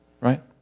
Right